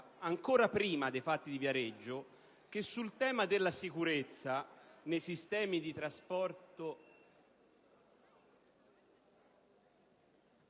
ancora prima dei fatti di Viareggio, che sul tema della sicurezza, nei sistemi di trasporto...